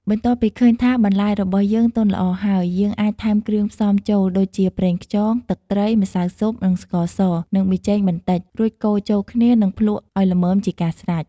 បន្ទាប់ពីឃើញថាបន្លែរបស់យើងទន់ល្អហើយ យើងអាចថែមគ្រឿងផ្សំចូល ដូចជាប្រេងខ្យង ទឹកត្រី ម្សៅស៊ុប និងស្ករស និងប៊ីចេងបន្តិច រួចកូរចូលគ្នា និងភ្លក្សឱ្យល្មមជាការស្រេច។